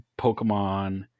Pokemon